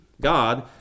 God